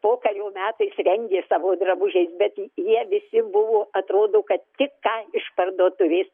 pokario metais rengė savo drabužiais bet jie visi buvo atrodo kad tik ką iš parduotuvės